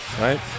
Right